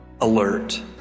alert